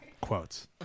Quotes